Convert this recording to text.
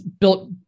built